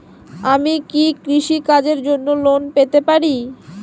আমি কি কৃষি কাজের জন্য লোন পেতে পারি?